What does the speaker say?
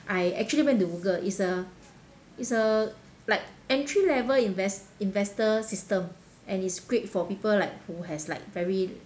I actually went to google is a is a like entry level invest~ investor system and is great for people like who has like very